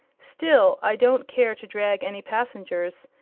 still, i don't care to drag any passengers.